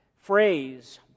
phrase